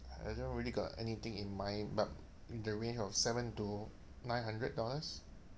I don't really got anything in mind but in the range of seven to nine hundred dollars